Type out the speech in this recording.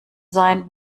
sein